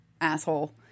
asshole